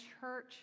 church